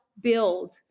build